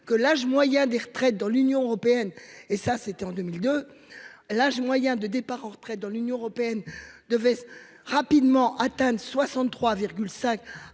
que l'âge moyen des retraites dans l'Union européenne et ça c'était en 2002, l'âge moyen de départ en retraite dans l'Union européenne devait. Rapidement atteindre 63.